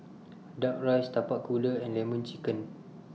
Duck Rice Tapak Kuda and Lemon Chicken